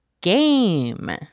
GAME